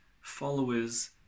followers